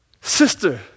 Sister